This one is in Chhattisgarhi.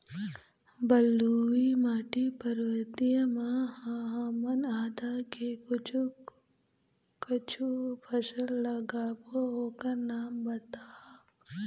बलुई माटी पर्वतीय म ह हमन आदा के कुछू कछु फसल लगाबो ओकर नाम बताहा?